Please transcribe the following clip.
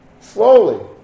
Slowly